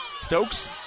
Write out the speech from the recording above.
Stokes